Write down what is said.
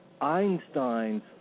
Einstein's